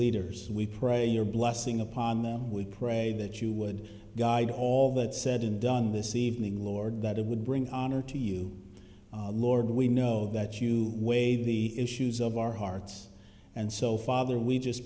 leaders we pray your blessing upon them we pray that you would guide all that said and done this evening lord that it would bring honor to you lord we know that you weigh the issues of our hearts and so